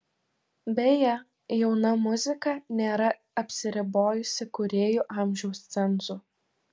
beje jauna muzika nėra apsiribojusi kūrėjų amžiaus cenzu